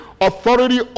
Authority